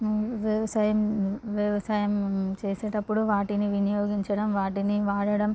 వ్యవసాయం వ్యవసాయం చేసేటప్పుడు వాటిని విని వినియోగించడం వాటిని వాడడం